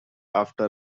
after